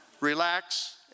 Relax